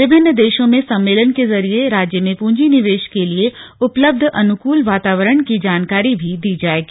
विभिन्न देशों में सम्मेलन के जरिए राज्य में पूंजी निवेश के लिए उपलब्ध अनुकूल वातावरण की जानकारी दी जाएगी